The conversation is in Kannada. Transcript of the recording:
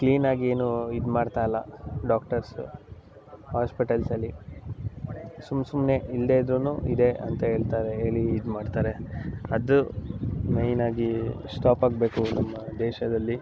ಕ್ಲೀನಾಗಿ ಏನೂ ಇದ್ಮಾಡ್ತಾಯಿಲ್ಲ ಡಾಕ್ಟರ್ಸ್ ಆಸ್ಪೆಟಲ್ಸಲ್ಲಿ ಸುಮ್ನೆ ಸುಮ್ಮನೆ ಇಲ್ಲದೇ ಇದ್ದರೂನು ಇದೆ ಅಂತ ಹೇಳ್ತಾರೆ ಹೇಳಿ ಇದು ಮಾಡ್ತಾರೆ ಅದು ಮೈನಾಗಿ ಸ್ಟಾಪ್ ಆಗಬೇಕು ನಮ್ಮ ದೇಶದಲ್ಲಿ